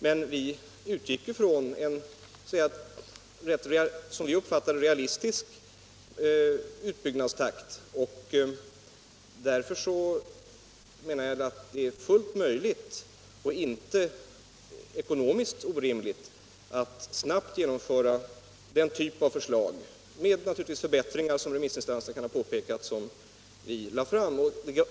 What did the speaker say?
Men vi utgick ifrån en — som vi uppfattar det — realistisk utbyggnadstakt. Jag menar att det är fullt möjligt och inte ekonomiskt orimligt att srabbt genomföra den typ av förslag vi lade fram, naturligtvis med de förbättringar som remissinstanserna kan ha påpekat.